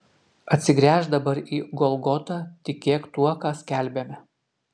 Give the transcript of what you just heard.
atsigręžk dabar į golgotą tikėk tuo ką skelbiame